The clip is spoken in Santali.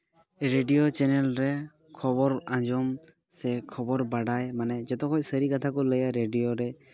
ᱨᱮᱰᱤᱭᱳ ᱪᱮᱱᱮᱞ ᱨᱮ ᱠᱷᱚᱵᱚᱨ ᱟᱸᱡᱚᱢ ᱥᱮ ᱠᱷᱚᱵᱚᱨ ᱵᱟᱰᱟᱭ ᱢᱟᱱᱮ ᱡᱚᱛᱚ ᱠᱷᱚᱡ ᱥᱟᱹᱨᱤ ᱠᱟᱛᱷᱟ ᱠᱚ ᱞᱟᱹᱭᱟ ᱨᱮᱰᱤᱭᱳ ᱨᱮ